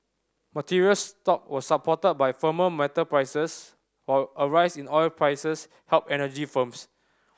materials stock were supported by firmer metal prices while a rise in oil prices helped energy firms